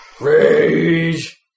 Rage